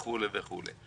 וכו' וכו'.